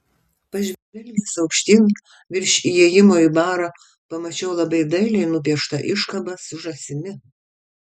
pažvelgęs aukštyn virš įėjimo į barą pamačiau labai dailiai nupieštą iškabą su žąsimi